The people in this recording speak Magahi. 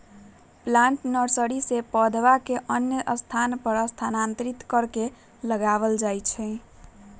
प्लांट नर्सरी से पौधवन के अन्य स्थान पर स्थानांतरित करके लगावल जाहई